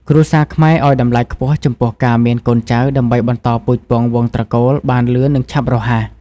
គ្រួសារខ្មែរឲ្យតម្លៃខ្ពស់ចំពោះការមានកូនចៅដើម្បីបន្តពូជពង្សវង្សត្រកូលបានលឿននឹងឆាប់រហ័ស ។